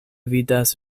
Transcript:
vidas